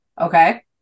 Okay